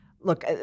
look